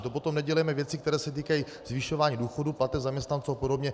To potom nedělejme věci, které se týkají zvyšování důchodů, platů zaměstnanců a podobně.